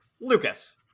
Lucas